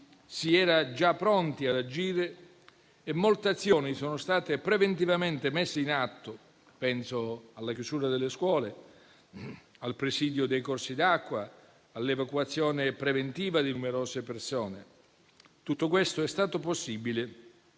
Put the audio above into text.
si era già pronti ad agire e molte azioni sono state preventivamente messe in atto: penso alla chiusura delle scuole, al presidio dei corsi d'acqua, all'evacuazione preventiva di numerose persone. Tutto questo è stato possibile